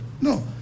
No